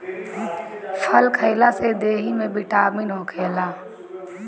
फल खइला से देहि में बिटामिन होखेला